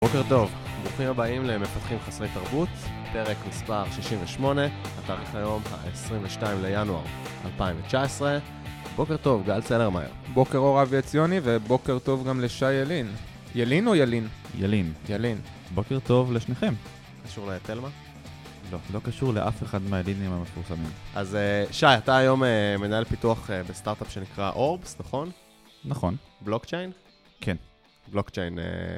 בוקר טוב, ברוכים הבאים למפתחים חסרי תרבות, פרק מספר 68, התאריך היום ה-22 לינואר 2019, בוקר טוב גל צלרמייר. בוקר אור אבי עציוני ובוקר טוב גם לשי ילין. ילין או ילין? ילין. ילין. בוקר טוב לשניכם. קשור אולי לתלמה? לא, לא קשור לאף אחד מהילינים המפורסמים. אז שי, אתה היום מנהל פיתוח בסטארטאפ שנקרא אורבס, נכון? נכון. בלוקצ'יין? כן. בלוקצ'יין.